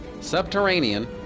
Subterranean